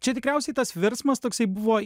čia tikriausiai tas virsmas toksai buvo